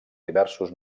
diversos